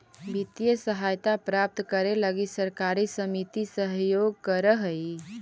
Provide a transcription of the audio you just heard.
वित्तीय सहायता प्राप्त करे लगी सहकारी समिति सहयोग करऽ हइ